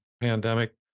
pandemic